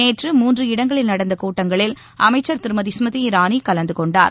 நேற்று மூன்று இடங்களில் நடந்த கூட்டங்களில் அமைச்சர் திருமதி ஸ்மிருதி இரானி கலந்து கொண்டார்